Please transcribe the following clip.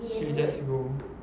we just go